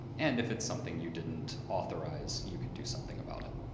and if it's something you didn't authorize, you could do something about it.